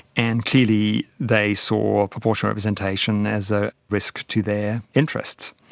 and clearly they saw proportional representation as a risk to their interests.